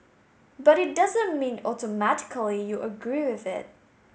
but it doesn't mean automatically you agree with it